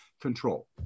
Control